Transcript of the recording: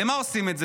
למה עושים את זה?